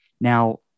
Now